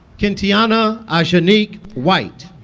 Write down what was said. kentiyonna aashanique white